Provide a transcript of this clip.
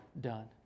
done